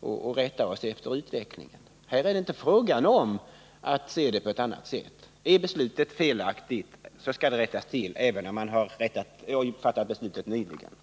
och rätta oss efter utvecklingen. Här är det inte fråga om att se det på något annat sätt. Är beslutet felaktigt skall det rättas till även om beslutet har fattats nyligen.